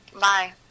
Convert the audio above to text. bye